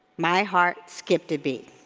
my heart skipped a beat.